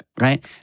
right